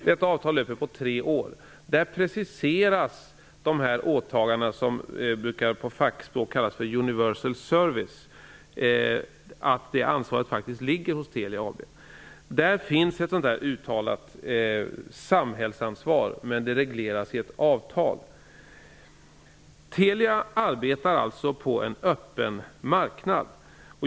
Detta avtal löper på tre år. I det preciseras de åtaganden som på fackspråk brukar kallas universal service. Det ansvaret ligger hos Telia AB. Där finns ett uttalat samhällsansvar, men det regleras i ett avtal. Telia arbetar på en öppen marknad.